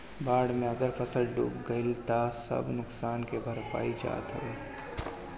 बाढ़ में अगर फसल डूब गइल तअ सब नुकसान के भरपाई हो जात हवे